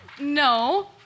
No